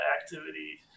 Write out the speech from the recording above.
activity